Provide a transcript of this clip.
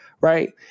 right